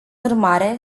urmare